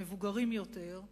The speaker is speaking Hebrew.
המבוגרים יותר,